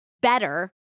better